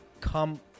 come